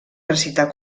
recitar